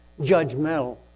judgmental